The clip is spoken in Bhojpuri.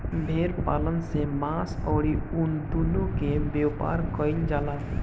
भेड़ पालन से मांस अउरी ऊन दूनो के व्यापार कईल जाला